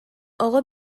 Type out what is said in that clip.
оҕо